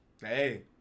Hey